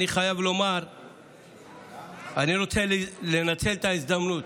אני רוצה לנצל את ההזדמנות,